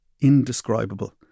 indescribable